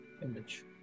image